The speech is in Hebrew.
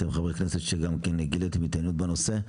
אתם חברי הכנסת שגם גיליתם התעניינות בנושא.